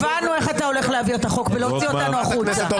הבנו איך אתה הולך להעביר את החוק בלהוציא אותנו החוצה.